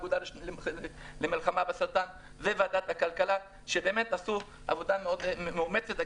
האגודה למלחמה בסרטן ולוועדת הכלכלה שבאמת עשו עבודה מאוד מאומצת.